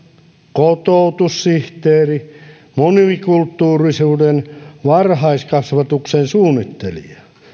kotoutussihteeri monikulttuurisen varhaiskasvatuksen suunnittelija